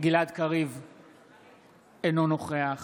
אינו נוכח